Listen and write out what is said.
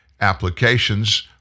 applications